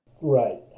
Right